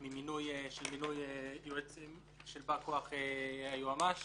של בא כוח היועמ"ש.